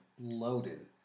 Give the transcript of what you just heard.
loaded